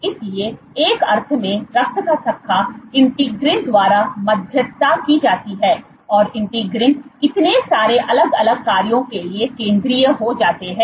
इसलिए एक अर्थ में रक्त का थक्का इंटीग्रीन द्वारा मध्यस्थता की जाती है और इंटीग्रीन इतने सारे अलग अलग कार्यों के लिए केंद्रीय होते हैं